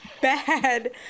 bad